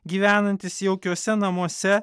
gyvenantys jaukiuose namuose